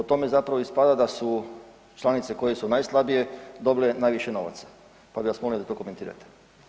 Po tome zapravo ispada da su članice koje su najslabije dobile najviše novaca, pa bih vas molio da to komentirate.